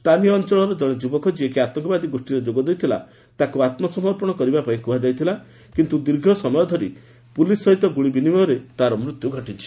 ସ୍ଥାନୀୟ ଅଞ୍ଚଳର ଜଣେ ଯ୍ରବକ ଯିଏକି ଆତଙ୍କବାଦୀ ଗୋଷୀରେ ଯୋଗଦେଇଥିଲା ତାକୁ ଆତ୍କସମର୍ପଣ କରିବା ପାଇଁ କୁହାଯାଇଥିଲା କିନ୍ତୁ ଦୀର୍ଘ ସମୟ ଧରି ପୁଲିସ୍ ସହିତ ଗୁଳି ବିନିମୟ ପରେ ତାର ମୃତ୍ୟୁ ଘଟିଛି